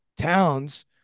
Towns